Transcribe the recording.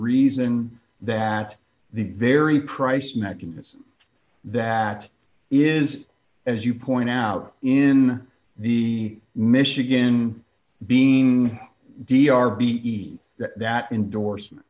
reason that the very price mechanism that is as you point out in the michigan being d r b e that indorsement